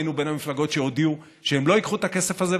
היינו בין המפלגות שהודיעו שהן לא ייקחו את הכסף הזה,